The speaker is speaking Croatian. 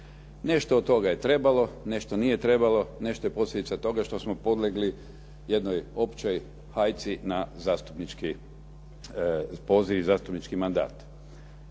Nešto od toga je trebalo, nešto nije trebalo, nešto je posljedica toga što smo podlegli jednoj općoj hajci na zastupnički mandat.